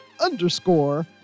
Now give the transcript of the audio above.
underscore